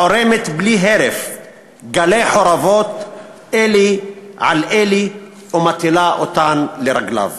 העורמת בלי הרף גלי חורבות אלה על אלה ומטילה אותן לרגליו.